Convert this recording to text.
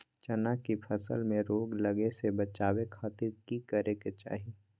चना की फसल में रोग लगे से बचावे खातिर की करे के चाही?